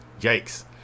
Yikes